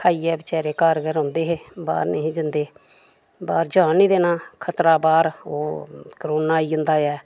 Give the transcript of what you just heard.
खाइयै बेचारे घर गै रौहंदे हे बाहर निं हे जंदे बाहर जान निं देना खतरा बाहर ओह् करोना आई जंदा ऐ